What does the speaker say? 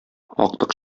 актык